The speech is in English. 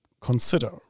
consider